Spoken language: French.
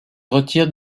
retire